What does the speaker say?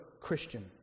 Christian